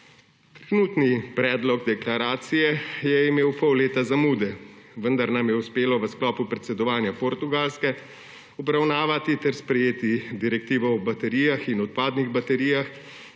Trenutni predlog deklaracije je imel pol leta zamude, vendar nam je uspelo v sklopu predsedovanja portugalske obravnavati ter sprejeti direktivo o baterijah in odpadnih baterijah,